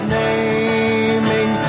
naming